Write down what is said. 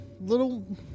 little